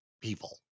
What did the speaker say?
people